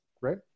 right